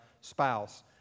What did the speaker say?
spouse